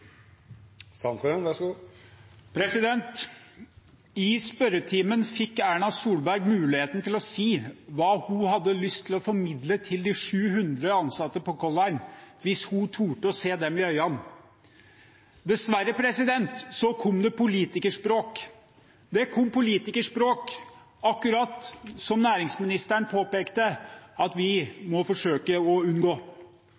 I spørretimen fikk statsminister Erna Solberg mulighet til å si hva hun hadde lyst til å formidle til de 700 ansatte på Color Line – hvis hun torde å se dem i øynene. Dessverre kom det politikerspråk. Det kom politikerspråk, som næringsministeren påpekte at